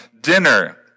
dinner